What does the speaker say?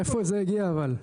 מאיפה זה הגיע אבל?